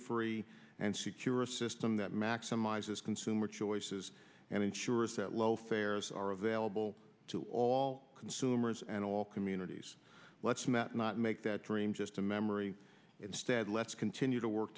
free and secure a system that maximizes consumer choices and ensures that low fares are available to all consumers and all communities let's in that not make that dream just a memory instead let's continue to work